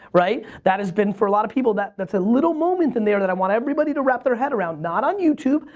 right, that has been, for a lot of people, that's a little moment in there that i want everybody to wrap their head around, not on youtube,